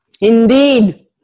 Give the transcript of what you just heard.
Indeed